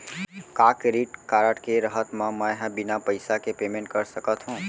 का credit card के रहत म, मैं ह बिना पइसा के पेमेंट कर सकत हो?